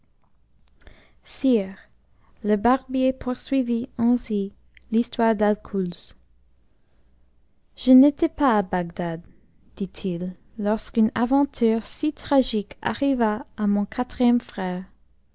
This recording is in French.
sire le barbier poursuivit ainsi l'histoire d'alcouz je n'étais pas a bagdad dit-il lorsqu'une aventure si tragique arriva à mon quatrième frère